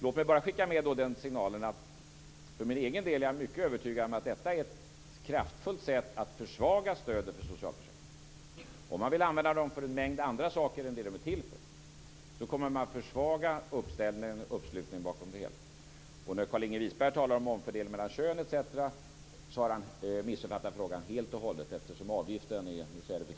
Låt mig då skicka med signalen att jag är övertygad om att detta är ett kraftfullt sätt att försvaga stödet för socialförsäkringarna. Om man vill använda dem till en mängd andra saker än de är till för kommer man att försvaga uppslutningen bakom dem. Carlinge Wisberg har missuppfattat helt när han talar om omfördelning mellan kön.